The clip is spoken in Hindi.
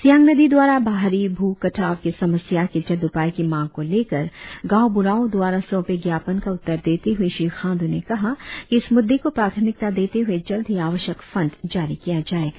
सियांग नदी द्वारा भारी भू कटाव के समस्या के जल्द उपाय की मांग को लेकर गांव बुढ़ाओं द्वारा सौंपे ज्ञापन का उत्तर देते हुए श्री खाण्डू ने कहा कि इस मुद्दे को प्राथमिकता देते हुए जल्द ही आवश्यक फंड जारी किया जाएगा